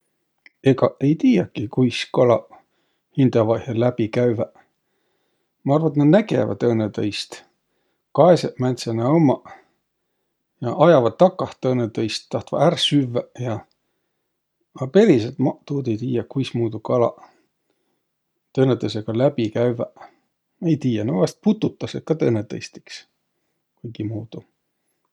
Egaq ei tiiäki, kui kalaq hindävaihõl läbi käüväq. Ma arva, et nä nägeväq tõõnõtõist. Kaesõq, määntseq nä ummaq ja ajavaq takah tõõnõtõist, tahtvaq ärq süvväq ja. A periselt maq tuud ei tiiäq, kuismuudu kalaq tõõnõtõõsõga läbi käüväq. Ei tiiäq, nä vaest pututasõq kah tõõnõtõist iks kuigimuudu.